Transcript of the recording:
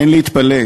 אין להתפלא,